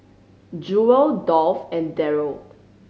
Jewel Dolph and Darold